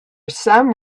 some